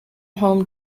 home